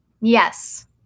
Yes